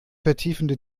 vertiefende